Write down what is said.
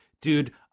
Dude